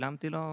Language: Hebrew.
שילמתי לו ביתר.